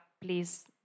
please